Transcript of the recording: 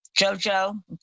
Jojo